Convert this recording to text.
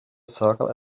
circle